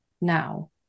now